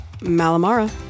malamara